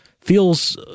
feels